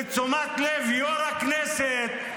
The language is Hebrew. לתשומת לב יו"ר הכנסת,